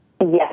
Yes